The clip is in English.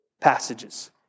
passages